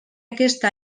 aquesta